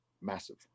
massive